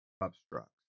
obstructs